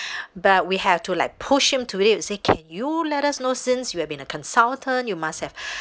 but we have to like push him to it can you let us know since you have been a consultant you must have